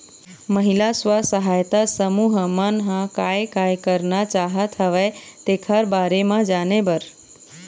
महिला स्व सहायता समूह मन ह काय काय करना चाहत हवय तेखर बारे म जाने बर